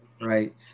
right